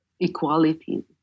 equality